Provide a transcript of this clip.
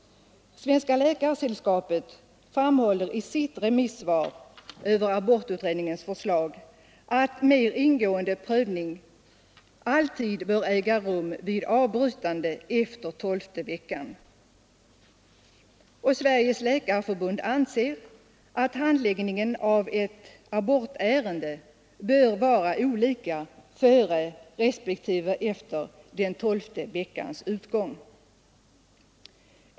Svenska läkaresällskapet framhåller i sitt remissyttrande över abortutredningens förslag att mer ingående prövning alltid bör äga rum vid avbrytande efter tolfte veckan. Sveriges läkarförbund anser att handläggningen av ett abortärende bör vara olika före respektive efter den tolfte veckans utgång.